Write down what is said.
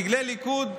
דגלי ליכוד,